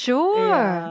Sure